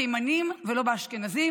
לא בתימנים ולא באשכנזים.